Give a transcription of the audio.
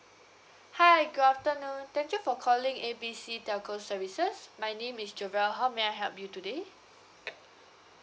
hi good afternoon thank you for calling A B C telco services my name is jovelle how may I help you today